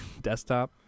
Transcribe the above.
desktop